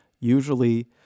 usually